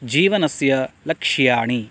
जीवनस्य लक्ष्याणि